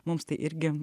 mums tai irgi